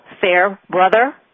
Fairbrother